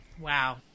Wow